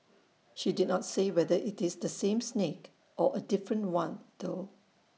she did not say whether IT is the same snake or A different one though